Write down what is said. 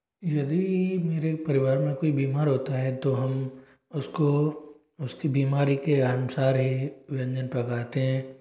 यदि मेरे परिवार में कोई बीमार होता है तो हम उसको उसकी बीमारी के अनुसार ही व्यंजन पकाते हैं